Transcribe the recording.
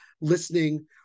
listening